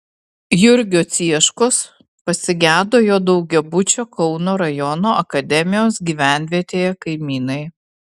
jurgio cieškos pasigedo jo daugiabučio kauno rajono akademijos gyvenvietėje kaimynai